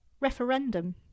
Referendum